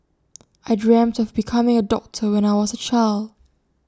I dreamt of becoming A doctor when I was A child